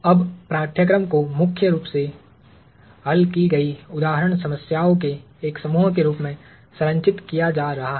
अब पाठ्यक्रम को मुख्य रूप से हल की गई उदाहरण समस्याओं के एक समूह के रूप में संरचित किया जा रहा है